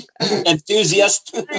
enthusiast